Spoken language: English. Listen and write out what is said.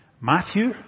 Matthew